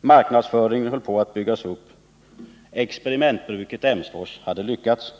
Marknadsföringen höll på att byggas upp. Experimentbruket Emsfors hade lyckats.